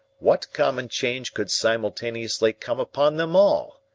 what common change could simultaneously come upon them all?